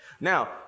Now